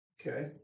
Okay